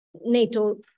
NATO